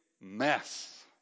mess